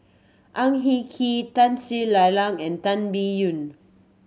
Ang Hin Kee Tun Sri Lanang and Tan Biyun